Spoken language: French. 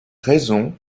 raison